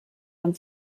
man